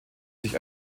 sich